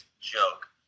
joke